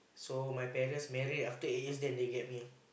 so my parents married after eight years then they get me